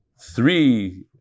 three